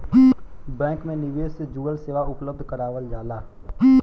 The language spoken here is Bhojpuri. बैंक में निवेश से जुड़ल सेवा उपलब्ध करावल जाला